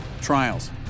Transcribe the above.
trials